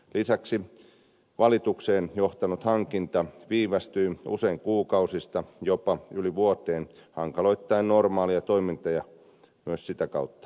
lisäksi valitukseen johtanut hankinta viivästyy usein kuukausista jopa yli vuoteen hankaloittaen normaaleja toimintoja myös sitä kautta